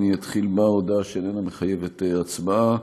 אני אתחיל בהודעה שאיננה מחייבת הצבעה.